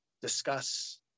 discuss